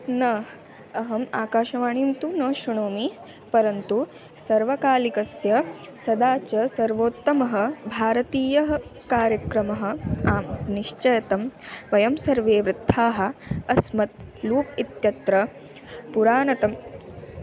न अहम् आकाशवाणीं तु न श्रुणोमि परन्तु सर्वकालिकस्य सदा च सर्वोत्तमः भारतीयः कार्यक्रमः आं निश्चयं तं वयं सर्वे वृद्धाः अस्मत् लूप् इत्यत्र पुरातनम्